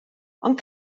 ond